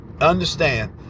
understand